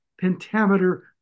pentameter